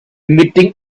meeting